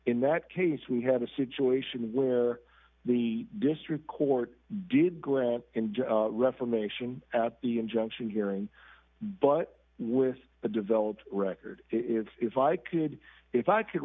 in that case we have a situation where the district court did grant and reformation at the injunction hearing but with the developed record if i could if i could